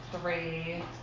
three